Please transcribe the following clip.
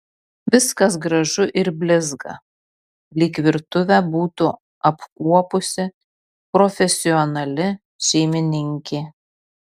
viskas gražu ir blizga lyg virtuvę būtų apkuopusi profesionali šeimininkė